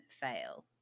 fail